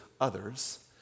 others